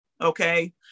okay